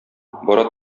бара